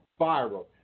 viral